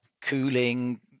cooling